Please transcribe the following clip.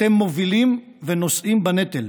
אתם מובילים ונושאים בנטל.